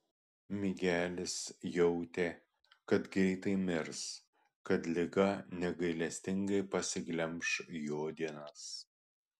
migelis jautė kad greitai mirs kad liga negailestingai pasiglemš jo dienas